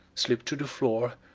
slipped to the floor,